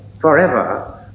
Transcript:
forever